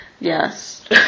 Yes